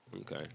Okay